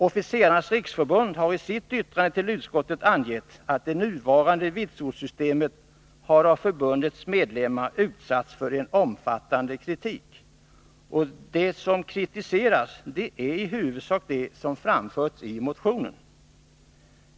Officerarnas riksförbund har i sitt yttrande till utskottet angett att det nuvarande vitsordssystemet har av förbundets medlemmar utsatts för en omfattande kritik. Det som kritiserats är i huvudsak det som framförts i motionen.